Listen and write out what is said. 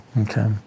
okay